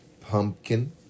pumpkin